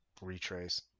Retrace